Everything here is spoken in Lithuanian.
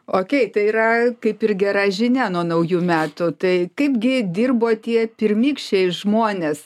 okėj tai yra kaip ir gera žinia nuo naujų metų tai kaipgi dirbo tie pirmykščiai žmonės